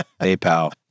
PayPal